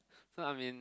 so I'm in